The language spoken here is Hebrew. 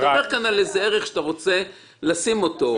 אתה מדבר כאן על ערך שאתה רוצה להבליט אותו.